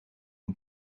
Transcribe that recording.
een